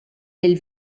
lill